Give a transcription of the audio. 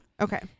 Okay